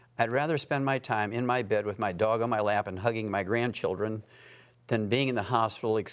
i'd rather spend my time in my bed with my dog on my lap and hugging my grandchildren than being in the hospital,